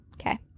Okay